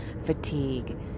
fatigue